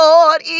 Lord